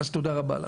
תודה רבה לך.